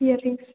ear rings